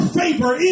favor